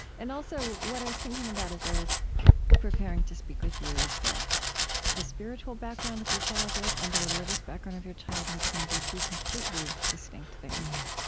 and also, what i was thinking about as i was preparing to speak with you is that the spiritual background of your childhood and the religious background of your childhood can be two completely distinct things.